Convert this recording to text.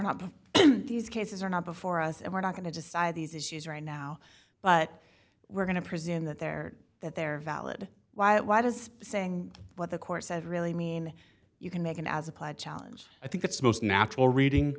not but these cases are not before us and we're not going to decide these issues right now but we're going to presume that they're that they're valid why it was saying what the court said really mean you can make an as applied challenge i think it's most natural reading